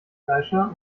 fleischer